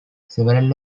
several